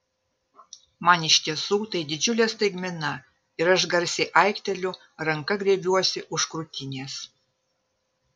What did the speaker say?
man iš tiesų tai didžiulė staigmena ir aš garsiai aikteliu ranka griebiuosi už krūtinės